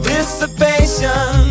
Dissipation